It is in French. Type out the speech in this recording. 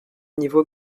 niveau